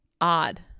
odd